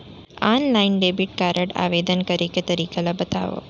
Online debit card आवेदन करे के तरीका ल बतावव?